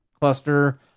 cluster